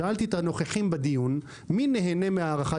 שאלתי את הנוכחים בדיון מי נהנה מהארכת